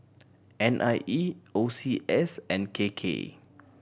N I E O C S and K K